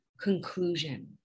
conclusion